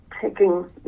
taking